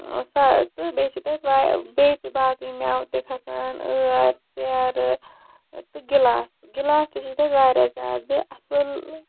بیٚیہِ چھِ تَتہِ بیٚیہِ تہِ باقٕے میوٕ تہِ کھسان ٲر تہِ ژیرٕ تہٕ گِلاسہٕ گِلاسہٕ تہِ چھِ تَتہِ واریاہ زیادٕ